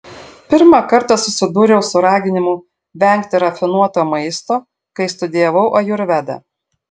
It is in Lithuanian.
pirmą kartą susidūriau su raginimu vengti rafinuoto maisto kai studijavau ajurvedą